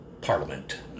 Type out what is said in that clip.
Parliament